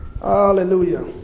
hallelujah